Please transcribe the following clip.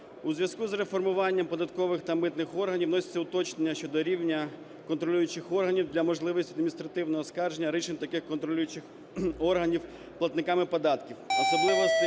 У зв'язку з реформуванням податкових та митних органів вносяться уточнення щодо рівня контролюючих органів для можливості адміністративного оскарження рішень таких контролюючих органів платниками податків, особливостей